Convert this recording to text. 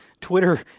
Twitter